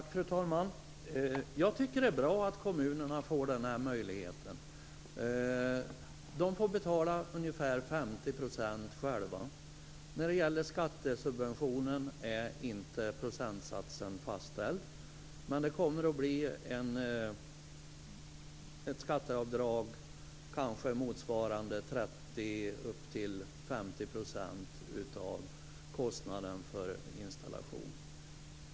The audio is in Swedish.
Fru talman! Jag tycker att det är bra att kommunerna får den här möjligheten. De får betala ungefär 50 % själva. När det gäller skattesubventionen är inte procentsatsen fastställd, men det kommer att bli ett skatteavdrag motsvarande 30 % eller upp till 50 % av kostnaden för installation.